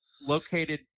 located